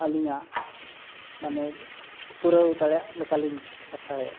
ᱟᱹᱞᱤᱧᱟᱜ ᱢᱟᱱᱮ ᱯᱩᱨᱟᱹᱣ ᱫᱟᱲᱮᱭᱟᱜ ᱞᱮᱠᱟᱞᱤᱧ ᱟᱥᱟᱭᱮᱫᱟ